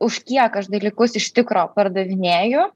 už kiek aš dalykus iš tikro pardavinėju